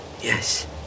Yes